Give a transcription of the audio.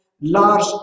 large